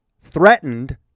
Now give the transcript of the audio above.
threatened